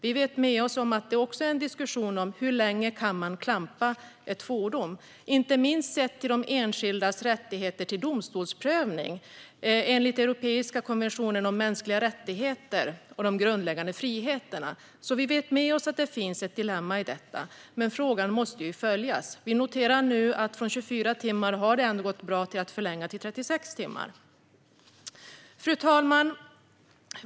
Vi vet ju att det finns en diskussion om hur länge man kan klampa ett fordon, inte minst om man ser ur de enskildas rättigheter till domstolsprövning enligt den europeiska konventionen om mänskliga rättigheter och de grundläggande friheterna. Vi vet med oss att det finns ett dilemma i detta, men frågan måste följas. Vi noterar nu att det ändå har gått bra att göra en förlängning från 24 till 36 timmar. Fru talman!